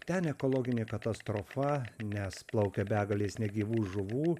ten ekologinė katastrofa nes plaukia begalės negyvų žuvų